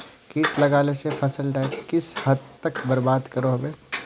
किट लगाले से फसल डाक किस हद तक बर्बाद करो होबे?